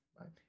right